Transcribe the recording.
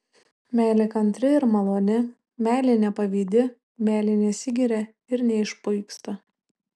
meilė kantri ir maloni meilė nepavydi meilė nesigiria ir neišpuiksta